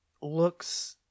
looks